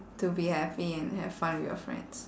to be happy and have fun with your friends